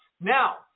now